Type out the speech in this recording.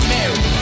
Mary